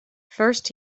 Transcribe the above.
first